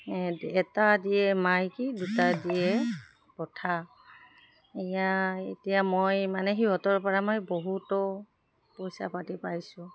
এটা দিয়ে মাইকি দুটা দিয়ে পঠা এয়া এতিয়া মই মানে সিহঁতৰ পৰা মই বহুতো পইচা পাতি পাইছোঁ